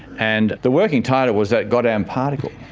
and the working title was that goddamn particle.